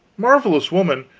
marvelous woman.